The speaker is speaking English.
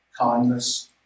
kindness